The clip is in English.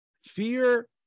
Fear